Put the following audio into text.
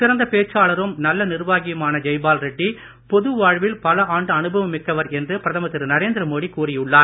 சிறந்த பேச்சாளரும் நல்ல நிர்வாகியுமான ஜெய்பால் ரெட்டி பொது வாழ்வில் பல ஆண்டு அனுபவம் மிக்கவர் என்று பிரதமர் திரு நரேந்திர மோடி கூறியுள்ளார்